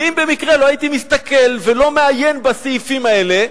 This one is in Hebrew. ואם במקרה לא הייתי מסתכל ולא מעיין בסעיפים האלה,